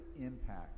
impact